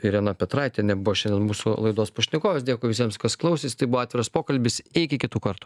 irena petraitienė buvo šiandien mūsų laidos pašnekovės dėkui visiems kas klausėsi tai buvo atviras pokalbis iki kitų kartų